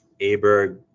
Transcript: Aberg